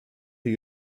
die